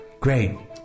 Great